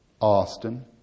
Austin